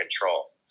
control